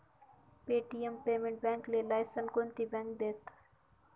Paytm payment बॅकले लायसन कोनती बॅक देस?